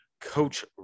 coach